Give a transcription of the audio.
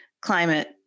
climate